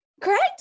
Correct